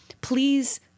please